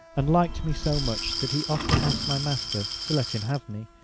and liked me so much that he often asked my master to let him have me,